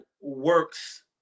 works